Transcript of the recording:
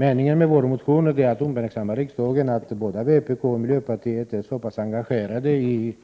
Meningen med vår motion var att uppmärksamma riksdagen på att både vpk och miljöpartiet är så pass engagerade i